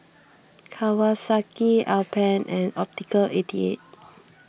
Kawasaki Alpen and Optical eighty eight